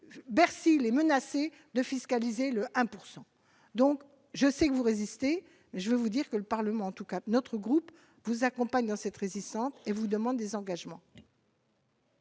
Bercy les menacer de fiscaliser le 1 pourcent donc je sais que vous résistez mais je veux vous dire que le Parlement, en tout cas notre groupe vous accompagne dans cette résistante et vous demande des engagements.